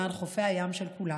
למען חופי הים של כולנו.